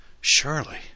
Surely